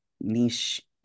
niche